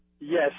Yes